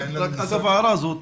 אגב ההערה הזאת,